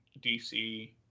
DC